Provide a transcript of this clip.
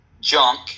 junk